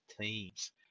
teams